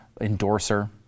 endorser